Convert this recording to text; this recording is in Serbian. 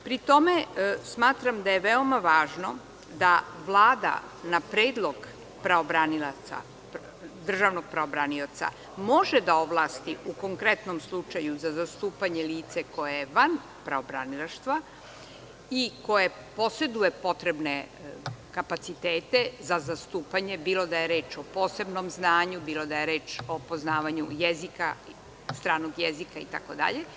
Pri tom, smatram da je veoma važno da Vlada na predlog pravobranilaca može da ovlasti u konkretnom slučaju za zastupanje lice koje je van pravobranilaštva i koje poseduje potrebne kapacitete za zastupanje, bilo da je reč o posebnom znanju, o poznavanju jezika itd.